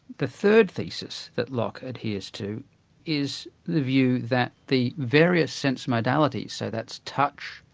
the third thesis that locke adheres to is the view that the various sense modalities, so that's touch,